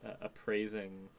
appraising